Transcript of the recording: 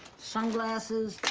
sunglasses.